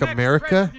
America